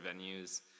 venues